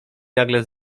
nagle